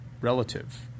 relative